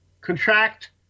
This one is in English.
contract